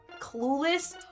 clueless